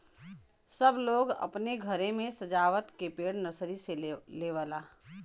सब लोग अपने घरे मे सजावत के पेड़ नर्सरी से लेवला